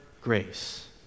grace